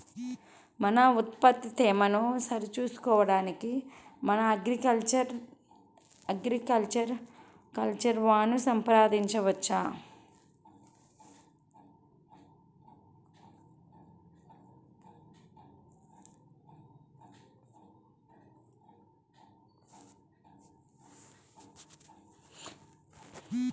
మన ఉత్పత్తి తేమను సరిచూచుకొనుటకు మన అగ్రికల్చర్ వా ను సంప్రదించవచ్చా?